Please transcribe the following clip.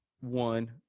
One